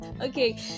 Okay